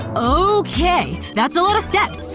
ooohkay. that's a lot of steps.